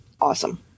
Awesome